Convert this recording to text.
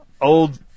old